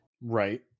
Right